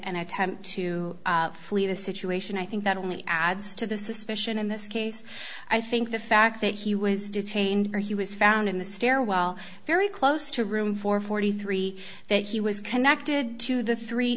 and attempt to flee the situation i think that only adds to the suspicion in this case i think the fact that he was detained or he was found in the stairwell very close to room for forty three dollars that he was connected to the three